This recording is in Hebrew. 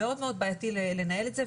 מאוד מאוד בעייתי לנהל את זה.